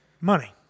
money